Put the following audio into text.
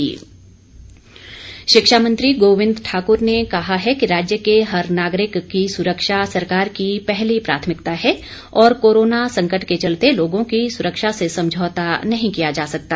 गोविंद ठाकुर शिक्षा मंत्री गोविंद ठाक्र ने कहा है कि राज्य के हर नागरिक की सुरक्षा सरकार की पहली प्राथमिकता है और कोरोना संकट के चलते लोगों की सुरक्षा से समझौता नहीं किया जा सकता